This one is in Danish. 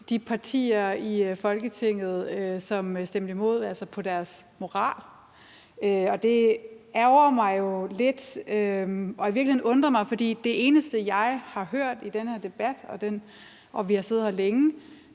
de partier i Folketinget, som stemte imod, på deres moral. Det ærgrer mig jo lidt, og i virkeligheden undrer det mig, for det eneste, jeg har hørt i den her debat – og vi har siddet her længe